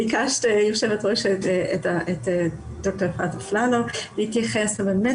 ביקשת היושבת ראש את דוקטור אפללו להתייחס אבל באמת